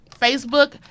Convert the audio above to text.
Facebook